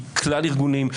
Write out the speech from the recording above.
עם כלל הארגונים,